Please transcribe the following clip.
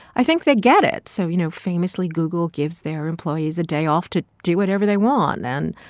i think they get it. so, you know, famously, google gives their employees a day off to do whatever they want, and,